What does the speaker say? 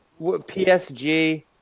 PSG